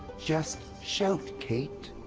just shout, kate.